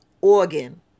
organ